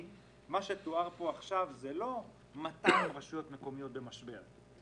מה שתואר פה עכשיו זה לא 200 רשויות מקומיות במשבר.